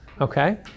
Okay